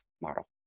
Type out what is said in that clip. model